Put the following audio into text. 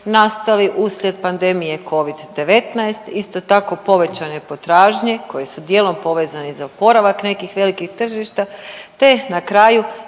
nastali uslijed pandemije Covid-19, isto tako povećane potražnje koji su djelom povezani za oporavak nekih velikih tržišta te na kraju